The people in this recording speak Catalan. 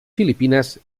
filipines